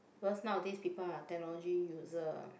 because nowadays people are technology user